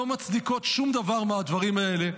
לא מצדיקות שום דבר מהדברים האלה.